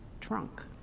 trunk